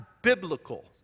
Biblical